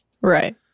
Right